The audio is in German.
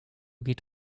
geht